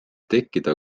tekkida